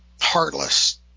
heartless